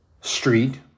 street